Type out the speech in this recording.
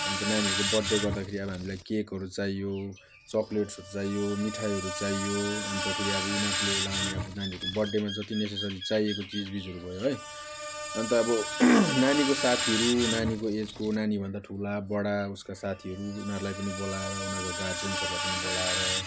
अनि त नानीहरूको बर्थडे गर्दाखेरि अब हामीलाई केकहरू चाहियो चक्लेट्सहरू चाहियो मिठाईहरू चाहियो अनि त फेरि अब उनीहरूले लाउने अब नानीहरूको बर्डडेमा जति नेसेसरी चाहिएको चिजबिजहरू भयो है अनि त अब नानीको साथीहरू नानीको एजको नानीभन्दा ठुला बडा उसका साथीहरू उनीहरूलाई पनि बोलाएर उनीहरूको गार्जेन्सहरूलाई पनि बोलाएर